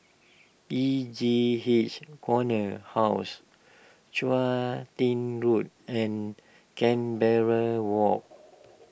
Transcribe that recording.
E J H Corner House Chun Tin Road and Canberra Walk